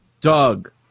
Doug